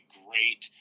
great